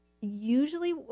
usually